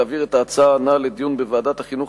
להעביר את ההצעה הנ"ל לדיון בוועדת החינוך,